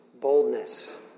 boldness